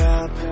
up